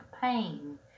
pain